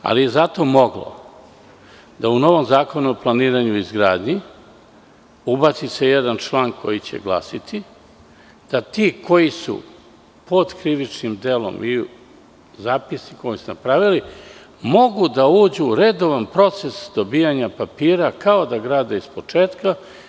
Ali, zato je moglo da se u nov Zakon o planiranju i izgradnji ubaci jedan član koji će glasati da ti koji su pod krivičnim delom i zapisnik koji su napravili mogu da uđu u redovan proces dobijanja papira kao da gradi iz početka.